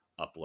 upload